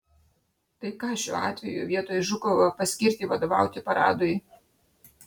tai ką šiuo atveju vietoj žukovo paskirti vadovauti paradui